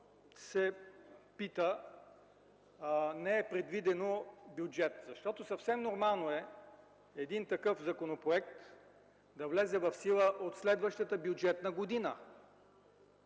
се казва: „не е предвидено в бюджета”? Защото е съвсем нормално един такъв законопроект да влезе в сила от следващата бюджетна година.